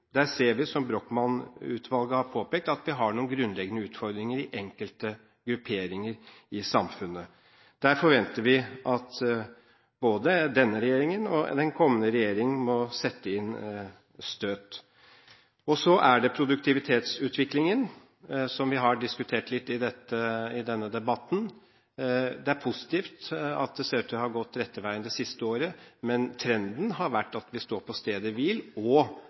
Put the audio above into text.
Der ser vi, som Brochmann-utvalget har påpekt, at vi har noen grunnleggende utfordringer i enkelte grupperinger i samfunnet. Der forventer vi at både denne regjeringen og den kommende regjering må sette inn støtet. Så gjelder det produktivitetsutviklingen, som vi har diskutert litt i denne debatten. Det er positivt at det ser ut til å ha gått den rette veien det siste året, men trenden har vært at vi står på stedet hvil, og